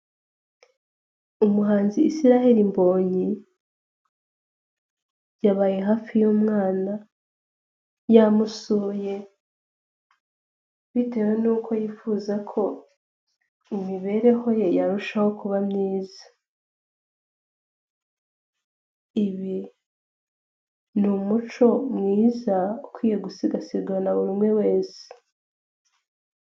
Umuhanzi Israel Mbonyi yabaye hafi y'umwana, yamusuye bitewe n'uko yifuza ko imibereho ye yarushaho kuba myiza, ibi ni umuco mwiza ukwiye gusigasigwa na buri umwe wese.